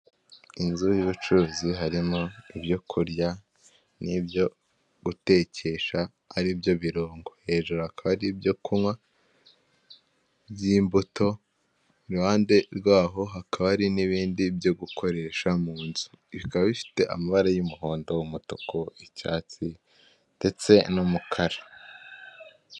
Inzu y'ubucuruzi harimo ibyo kurya n'ibyo gutekesha ari byo birungo, hejuru hakaba hari ibyo kunywa by'imbuto, iruhande rwaho hakaba hari n'ibindi byo gukoresha mu nzu, bikaba bifite amabara y'umuhondo, umutuku, icyatsi ndetse n'umukara.